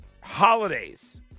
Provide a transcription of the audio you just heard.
holidays